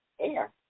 air